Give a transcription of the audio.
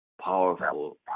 powerful